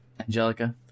Angelica